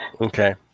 Okay